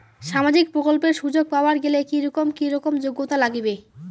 সামাজিক প্রকল্পের সুযোগ পাবার গেলে কি রকম কি রকম যোগ্যতা লাগিবে?